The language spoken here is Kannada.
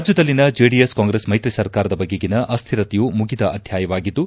ರಾಜ್ಯದಲ್ಲಿನ ಜೆಡಿಎಸ್ ಕಾಂಗ್ರೆಸ್ ಮೈತ್ರಿ ಸರ್ಕಾರದ ಬಗೆಗಿನ ಅಶ್ಶಿರತೆಯು ಮುಗಿದ ಅಧ್ಯಾಯವಾಗಿದ್ದು